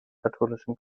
katholischen